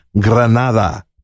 Granada